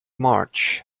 march